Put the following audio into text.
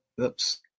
Oops